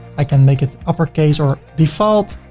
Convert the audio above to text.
i can make it uppercase or default.